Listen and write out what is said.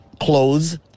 clothes